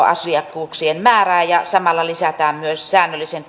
asiakkuuksien määrää ja samalla lisätään myös säännöllisen